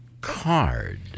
card